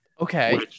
okay